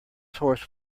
horse